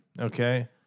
Okay